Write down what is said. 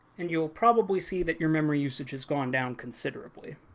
and you'll probably see that your memory usage has gone down considerably.